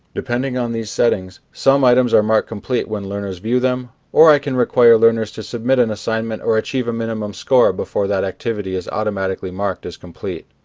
depending on these settings, some items are marked complete when learners view them, or i can require learners to submit an assignment or achieve a minimum score before that activity is automatically marked as complete.